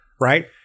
right